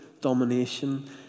domination